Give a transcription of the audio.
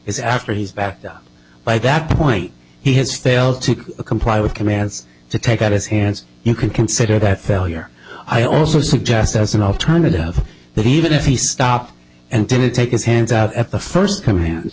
is after he's backed up by that point he has to well to comply with commands to take out his hands you can consider that failure i also suggest as an alternative that even if he stopped until it take his hands out at the first command